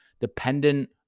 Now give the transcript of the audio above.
dependent